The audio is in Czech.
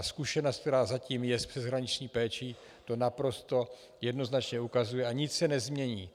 Zkušenost, která zatím je s přeshraniční péčí, to naprosto jednoznačně ukazuje a nic se nezmění.